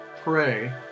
pray